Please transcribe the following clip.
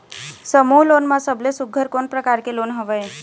समूह लोन मा सबले सुघ्घर कोन प्रकार के लोन हवेए?